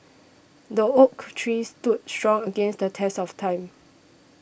the oak tree stood strong against the test of time